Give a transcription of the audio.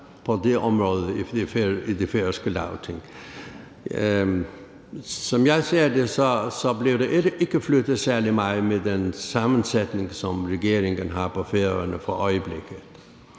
på det område i det færøske Lagting, og som jeg ser det, bliver der ikke flyttet særlig meget ved den sammensætning, som regeringen har på Færøerne i øjeblikket.